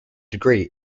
degree